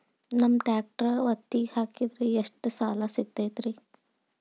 ನಮ್ಮ ಟ್ರ್ಯಾಕ್ಟರ್ ಒತ್ತಿಗೆ ಹಾಕಿದ್ರ ಎಷ್ಟ ಸಾಲ ಸಿಗತೈತ್ರಿ?